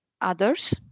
others